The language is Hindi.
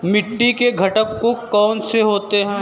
मिट्टी के घटक कौन से होते हैं?